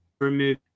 remove